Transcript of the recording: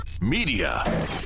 media